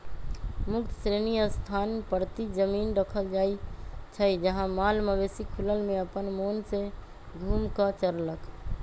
मुक्त श्रेणी स्थान परती जमिन रखल जाइ छइ जहा माल मवेशि खुलल में अप्पन मोन से घुम कऽ चरलक